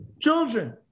children